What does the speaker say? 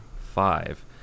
five